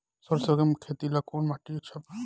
सरसों के खेती ला कवन माटी अच्छा बा?